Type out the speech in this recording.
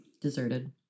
deserted